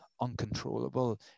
uncontrollable